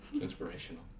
Inspirational